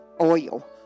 Oil